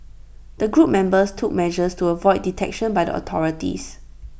the group members took measures to avoid detection by the authorities